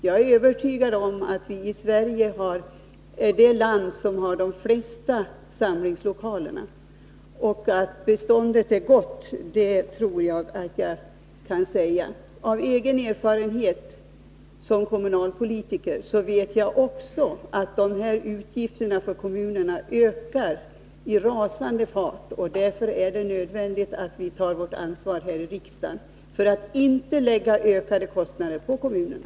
Jag är övertygad om att Sverige är det land som har de flesta samlingslokalerna. Att beståndet är gott tror jag att jag kan säga. Av egen erfarenhet som kommunalpolitiker vet jag också att de här utgifterna för kommunerna ökar i rasande fart, och därför är det nödvändigt att vi tar vårt ansvar här i riksdagen för att inte lägga ökade kostnader på kommunerna.